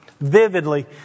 vividly